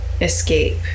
escape